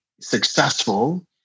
successful